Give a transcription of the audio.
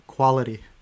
Quality